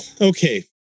okay